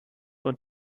und